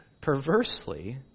perversely